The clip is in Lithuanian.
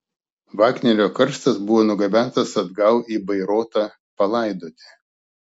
vagnerio karstas buvo nugabentas atgal į bairoitą palaidoti